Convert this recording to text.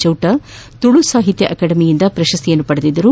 ಚೌಟ ತುಳು ಸಾಹಿತ್ಯ ಅಕಾಡೆಮಿಯಿಂದ ಪ್ರಶಸ್ತಿಯನ್ನು ಪಡೆದಿದ್ದರು